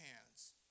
hands